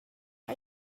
are